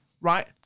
right